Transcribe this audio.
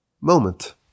moment